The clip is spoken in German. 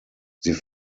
sie